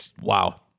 Wow